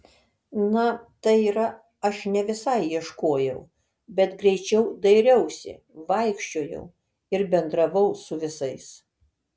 na tai yra aš ne visai ieškojau bet greičiau dairiausi vaikščiojau ir bendravau su visais